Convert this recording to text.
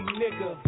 nigga